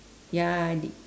ya